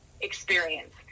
experience